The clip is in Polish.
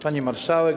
Pani Marszałek!